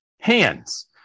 hands